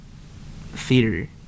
theater